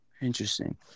Interesting